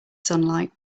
sunlight